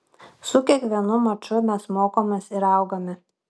su kiekvienu maču mes mokomės ir augame